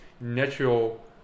natural